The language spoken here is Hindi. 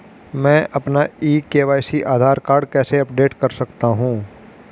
मैं अपना ई के.वाई.सी आधार कार्ड कैसे अपडेट कर सकता हूँ?